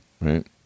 Right